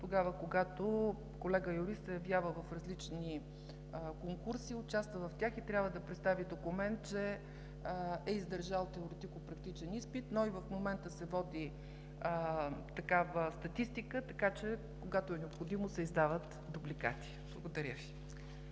дубликати, когато колега юрист се явява в различни конкурси, участва в тях и трябва да представи документ, че е издържал теоретико-практичен изпит. Но и в момента се води такава статистика, така че, когато е необходимо, се издават дубликати. Благодаря Ви.